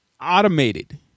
automated